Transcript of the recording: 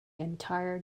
entire